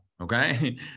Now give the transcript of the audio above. okay